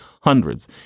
hundreds